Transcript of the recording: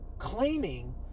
claiming